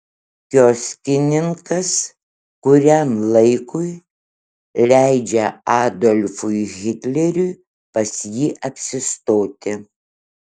kioskininkas kuriam laikui leidžia adolfui hitleriui pas jį apsistoti